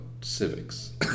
civics